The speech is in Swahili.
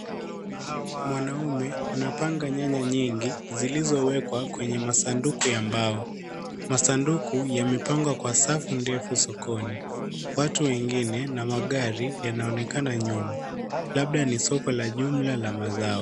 Mwanaume anapanga nyanya nyingi zilizowekwa kwenye masanduku ya mbao. Masanduku yamepangwa kwa safu ndefu sokoni. Watu wengine na magari yanaonekana nyuma. Labda ni soko la jumla la mazao.